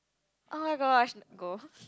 oh-my-gosh go